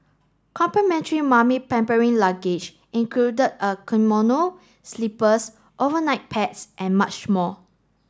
complimentary mummy pampering luggage included a kimono slippers overnight pads and much more